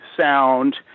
sound